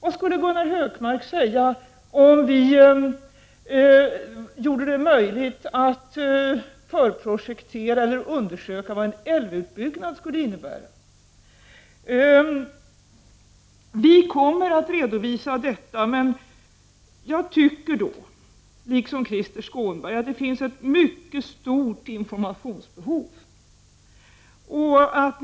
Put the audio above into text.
Vad skulle Gunnar Hökmark säga om regeringen gjorde det möjligt att förprojektera eller undersöka vad en älvutbyggnad skulle innebära? Liksom Krister Skånberg tycker jag att det finns ett mycket stort informationsbehov.